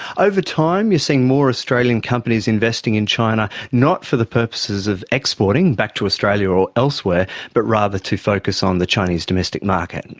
over time you are seeing more australian companies investing in china not for the purposes of exporting back to australia or elsewhere, but rather to focus on the chinese domestic market. you